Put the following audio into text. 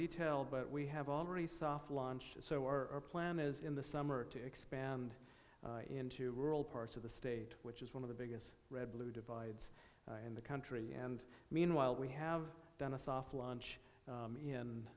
detail but we have already soft launch so our plan is in the summer to expand into rural parts of the state which is one of the biggest red blue divides in the country and meanwhile we have done a soft launch